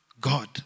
God